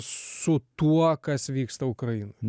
su tuo kas vyksta ukrainoj